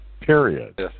Period